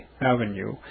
Avenue